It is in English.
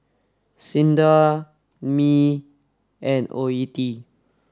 SINDA Mi and O E T